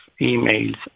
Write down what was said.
emails